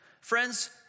Friends